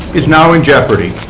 is now in jeopardy,